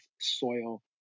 soil